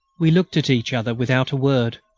we looked at each other, without a word.